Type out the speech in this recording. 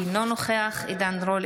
אינו נוכח עידן רול,